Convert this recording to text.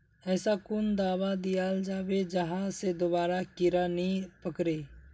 ऐसा कुन दाबा दियाल जाबे जहा से दोबारा कीड़ा नी पकड़े?